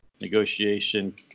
negotiation